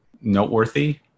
noteworthy